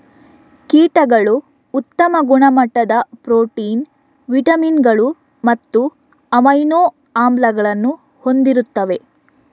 ಕೀಟಗಳು ಉತ್ತಮ ಗುಣಮಟ್ಟದ ಪ್ರೋಟೀನ್, ವಿಟಮಿನುಗಳು ಮತ್ತು ಅಮೈನೋ ಆಮ್ಲಗಳನ್ನು ಹೊಂದಿರುತ್ತವೆ